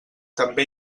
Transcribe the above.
també